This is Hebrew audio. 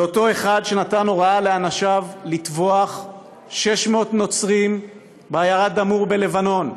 זה אותו אחד שנתן הוראה לאנשיו לטבוח 600 נוצרים בעיירה דאמור בלבנון,